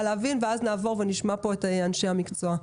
להבין ולאחר מכן נעבור ונשמע את אנשי המקצוע.